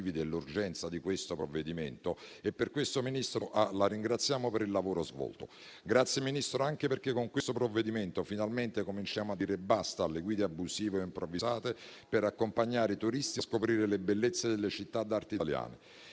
dell'urgenza di questo provvedimento e per questo, Ministro, la ringraziamo per il lavoro svolto. Grazie, Ministro, anche perché con questo provvedimento finalmente cominciamo a dire basta alle guide abusive e improvvisate per accompagnare i turisti a scoprire le bellezze delle città d'arte italiane.